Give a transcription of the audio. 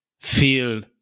feel